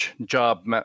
job